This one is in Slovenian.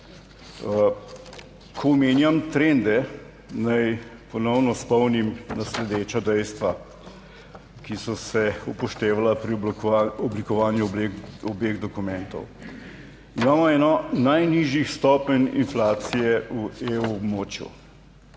Ko omenjam trende, naj ponovno spomnim na sledeča dejstva, ki so se upoštevala pri oblikovanju obeh dokumentov: imamo eno najnižjih stopenj inflacije v EU območju,